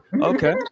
okay